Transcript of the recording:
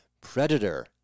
Predator